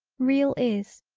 real is,